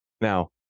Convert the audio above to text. Now